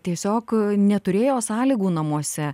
tiesiog neturėjo sąlygų namuose